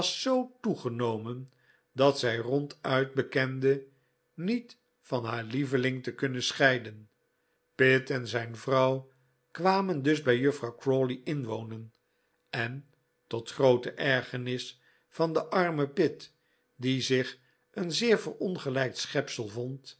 zoo toegenomen dat zij ronduit bekende niet van haar lieveling te kunnen scheiden pitt en zijn vrouw kwamen dus bij juffrouw crawley inwonen en tot groote ergernis van den armen pitt die zich een zeer verongelijkt schepsel vond